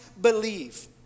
believe